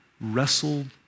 wrestled